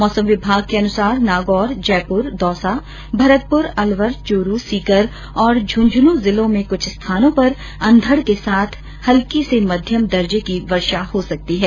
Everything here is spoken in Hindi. मौसम विमाग के अनुसार नागौर जयपुर दौसा मरतपुर अलवर चूरू सीकर और झुंझुनू जिलों में कुछ स्थानों पर अंधड़ के साथ हल्की से मध्यम दर्जे की वर्षा हो सकती है